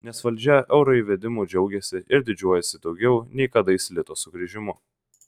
nes valdžia euro įvedimu džiaugiasi ir didžiuojasi daugiau nei kadais lito sugrįžimu